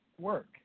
work